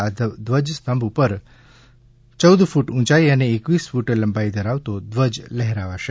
આ ધ્વજસ્તંભ ઉપર ચૌદ ક્રૂટ ઉંચાઇ અને એકવીસ ક્રૂટ લંબાઇ ધરાવતો ધ્વજ લહેરાવાશે